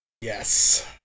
Yes